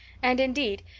and indeed,